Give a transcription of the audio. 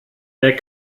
der